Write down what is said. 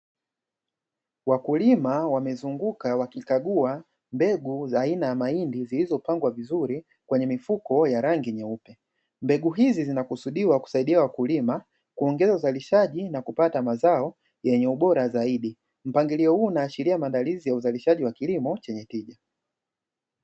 Wakulima wamezunguka wakikagua mbegu za aina ya mahindi zilizopangwa vizuri kwenye mifuko ya rangi nyeupe, mbegu hizi zinakusudiwa kusaidia wakulima kuongeza uzalishaji na kupata mazao yenye ubora zaidi. Mpangilio huu unaashiria maandalizi ya uzalishaji wa kilimo chenye tija.